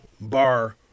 bar